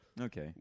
Okay